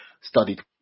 studied